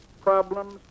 problems